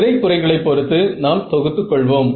நிறை குறைகளை பொறுத்து நாம் தொகுத்து கொள்வோம்